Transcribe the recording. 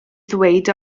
ddweud